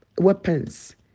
weapons